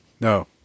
no